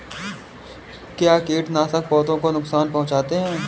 क्या कीटनाशक पौधों को नुकसान पहुँचाते हैं?